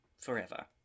forever